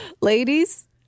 Ladies